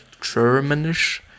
Germanish